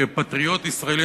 כפטריוט ישראלי,